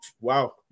wow